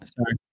Sorry